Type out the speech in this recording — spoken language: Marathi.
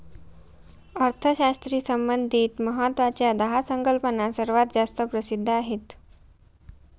अर्थशास्त्राशी संबंधित महत्वाच्या दहा संकल्पना सर्वात जास्त प्रसिद्ध आहेत